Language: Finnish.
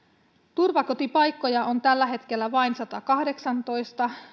turvakotipaikkoja on tällä hetkellä vain satakahdeksantoista